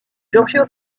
giorgio